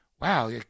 wow